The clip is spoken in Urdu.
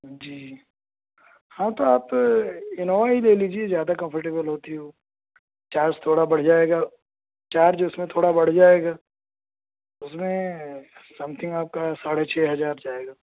جی ہاں تو آپ انووا ہی لے لیجیے زیادہ کمفرٹیبل ہوتی ہے چارج تھوڑا بڑھ جائے گا چارج اس میں تھوڑا بڑھ جائے گا اس میں سم تھنگ آپ کا ساڑھے چھ ہزار جائے گا